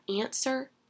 answer